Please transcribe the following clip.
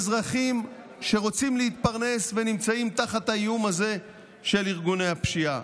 אזרחים שרוצים להתפרנס ונמצאים תחת האיום הזה של ארגוני הפשיעה.